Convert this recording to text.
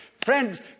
Friends